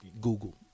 Google